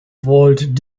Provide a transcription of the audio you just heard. walt